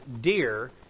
deer